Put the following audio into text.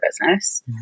business